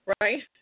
right